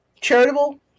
charitable